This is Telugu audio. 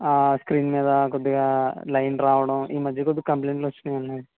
స్క్రీన్ మీద కొద్దిగా లైన్ రావడం ఈ మధ్య కొంచెం కంప్లైంట్లు వచ్చినాయి